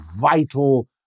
vital